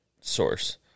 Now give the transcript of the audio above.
source